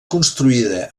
construïda